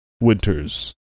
Winters